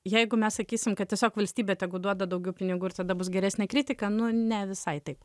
jeigu mes sakysim kad tiesiog valstybė tegu duoda daugiau pinigų ir tada bus geresnė kritika nu ne visai taip